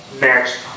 next